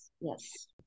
Yes